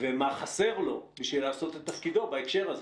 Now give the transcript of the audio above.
ומה חסר לו כדי לעשות את תפקידו בהקשר הזה?